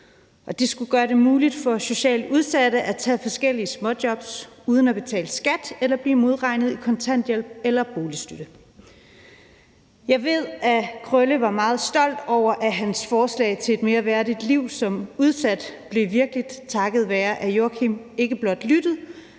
Det skulle gøre det muligt for socialt udsatte at tage forskellige småjobs uden at betale skat eller blive modregnet i kontanthjælp eller boligstøtte. Jeg ved, at Krølle var meget stolt over, at hans forslag til et mere værdigt liv som udsat blev virkeligt, takket være at Joachim B. Olsen ikke blot lyttede,